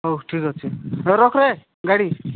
ହଉ ଠିକ୍ ଅଛି ହଉ ରଖରେ ଗାଡ଼ି